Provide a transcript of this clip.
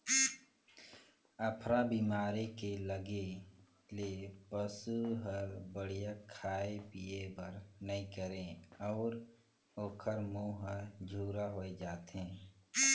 अफरा बेमारी के लगे ले पसू हर बड़िहा खाए पिए बर नइ करे अउ ओखर मूंह हर झूरा होय जाथे